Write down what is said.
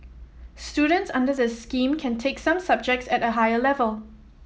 students under the scheme can take some subjects at a higher level